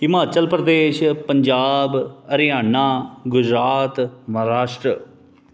Himachal Pradesh Punjab Haryana Gujarat Maharashtra